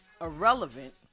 irrelevant